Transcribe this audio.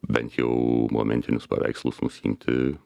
bent jau momentinius paveikslus nusiimti